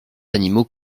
animaux